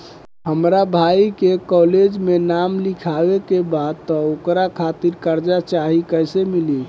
हमरा भाई के कॉलेज मे नाम लिखावे के बा त ओकरा खातिर कर्जा चाही कैसे मिली?